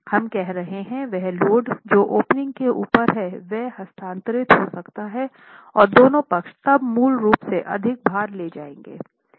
हम कह रहे हैं वह लोड जो ओपनिंग के ऊपर है वह हस्तांतरित हो सकता है और दोनों पक्ष तब मूल रूप से अधिक भार ले जाएंगे